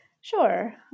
Sure